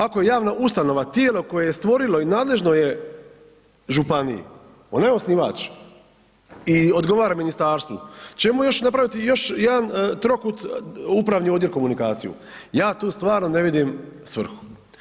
Ako je javna ustanova tijelo koje je stvorilo i nadležno je županiji, ona je osnivač i odgovara ministarstvu, čemu još napraviti još jedan trokut, upravni odjel komunikaciju, ja tu stvarno ne vidim svrhu.